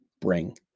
bring